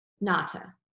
Nata